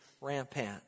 rampant